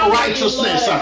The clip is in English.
righteousness